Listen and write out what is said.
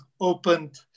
opened